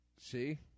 See